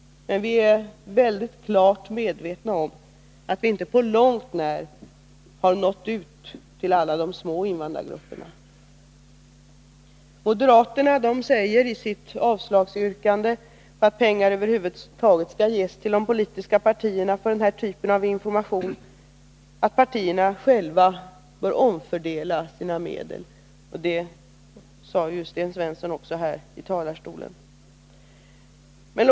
Men vi är klart medvetna om att vi inte på långt när har nått ut till alla de små invandrargrupperna. Moderaterna säger i sitt yrkande om avslag på förslaget att pengar över huvud taget skall ges till de politiska partierna för den här typen av information, att partierna själva bör omfördela sina medel. Det sade Sten Svensson också här från talarstolen.